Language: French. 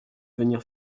venir